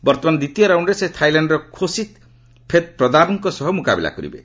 ବର୍ତ୍ତମାନ ଦ୍ୱିତୀୟ ରାଉଣ୍ଡ୍ରେ ସେ ଥାଇଲ୍ୟାଣର ଖୋସିତ୍ ଫେତ୍ପ୍ରଦାବଙ୍କ ସହ ମୁକାବିଲା କରିବେ